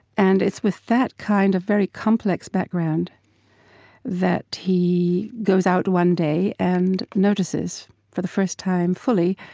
and it's with that kind of very complex background that he goes out one day and notices, for the first time fully,